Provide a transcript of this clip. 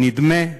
נדמה,